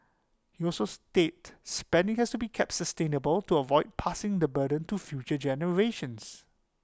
he also state spending has to be kept sustainable to avoid passing the burden to future generations